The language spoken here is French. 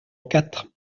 quatre